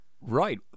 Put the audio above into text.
Right